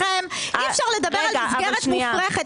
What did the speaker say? אי-אפשר לדבר על מסגרת מופרכת,